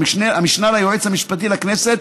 המשנה ליועץ המשפטי לכנסת